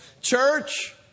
Church